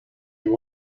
you